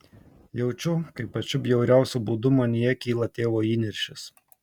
jaučiu kaip pačiu bjauriausiu būdu manyje kyla tėvo įniršis